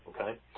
okay